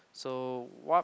so what